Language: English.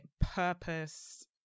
purpose